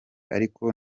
ariko